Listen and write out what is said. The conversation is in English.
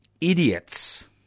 idiots